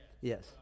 yes